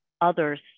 others